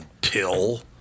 pill